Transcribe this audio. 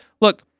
look